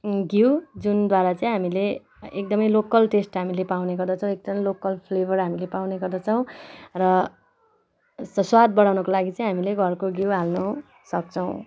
घिउ जुनद्वारा चाहिँ हामीले एकदमै लोकल टेस्ट हामीले पाउने गर्दछौँ एकदमै लोकल फ्लेभर हामीले पाउने गर्दछौँ र स स्वाद बढाउनको लागि चाहिँ हामीले घरको घिउ हाल्नु सक्छौँ